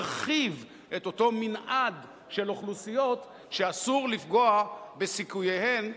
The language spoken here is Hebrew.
הרחיב את אותו מנעד של אוכלוסיות שאסור לפגוע בסיכוייהן,